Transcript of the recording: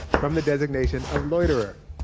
from the designation of loiterer,